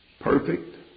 perfect